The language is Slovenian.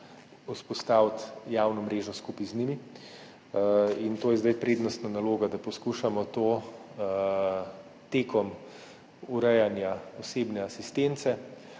vzpostaviti javno mrežo skupaj z njimi. To je zdaj prednostna naloga, da poskušamo to med urejanjem osebne asistence